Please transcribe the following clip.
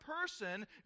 person